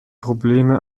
probleme